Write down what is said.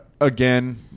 again